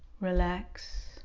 relax